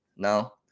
No